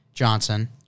Johnson